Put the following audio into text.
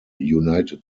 united